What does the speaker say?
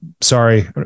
sorry